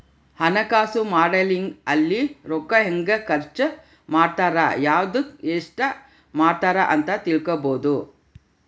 ಹಣಕಾಸು ಮಾಡೆಲಿಂಗ್ ಅಲ್ಲಿ ರೂಕ್ಕ ಹೆಂಗ ಖರ್ಚ ಮಾಡ್ತಾರ ಯವ್ದುಕ್ ಎಸ್ಟ ಮಾಡ್ತಾರ ಅಂತ ತಿಳ್ಕೊಬೊದು